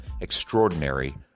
extraordinary